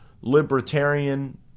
libertarian